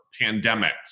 pandemics